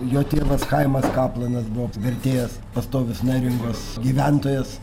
jo tėvas chaimas kaplanas buvo vertėjas pastovus neringos gyventojas